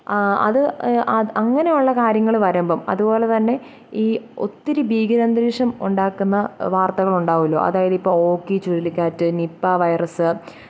അത് ആങ്ങനെയുള്ള കാര്യങ്ങൾ വരുമ്പം അതുപോലെ തന്നെ ഈ ഒത്തിരി ഭീകര അന്തരീക്ഷം ഉണ്ടാക്കുന്ന വാര്ത്തകൾ ഉണ്ടാവുമല്ലോ അതായത് ഇപ്പോൾ ഓക്കി ചുഴലിക്കാറ്റ് നിപ്പ വൈറസ്